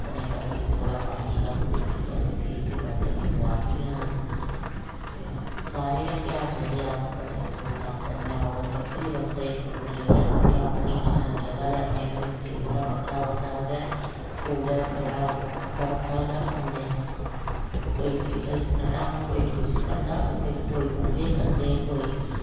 अपने पति कोला पानी दा घुट्ट पिऐ ते फ्ही इस बर्त गी पुआरदी ना सारे गे ध्यार जेहडे़ अस बडे़ धूम धाम कन्नै और बक्खरे बक्खरे फूड जेहडे़ ना अपने अपनी जगह दे अपनी अपनी स्टेटस दा बक्खरा बक्खरा गै फूड ऐ जेहड़ा ओह् बक्खरा बक्खरा गै खंदे ना कोई किसे टंग कोई किश खंदा कोई पोहे खंदे कोई